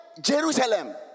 Jerusalem